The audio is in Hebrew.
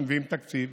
כשמביאים תקציב,